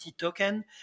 token